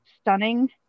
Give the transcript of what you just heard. stunning